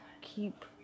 keep